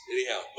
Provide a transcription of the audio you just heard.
Anyhow